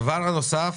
הדבר הנוסף,